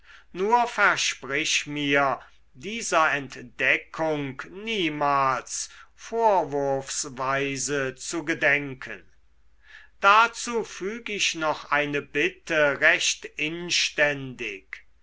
nur versprich mir dieser entdeckung niemals vorwurfsweise zu gedenken dazu füg ich noch eine bitte recht inständig